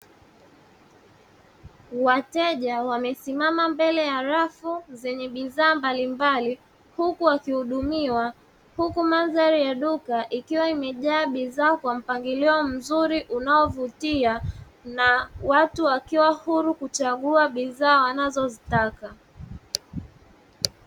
Wateja wamesimama mbele ya rafu zenye bidhaa mbalimbali, huku wakihudumiwa huku madhari ya duka, ikiwa imejaa bidhaa kwa mpangilio mzuri unaovutia na watu wakiwa huru kuchagua bidhaa wanazozitaka.